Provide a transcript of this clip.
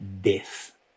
death